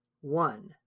one